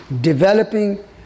developing